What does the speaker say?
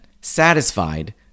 satisfied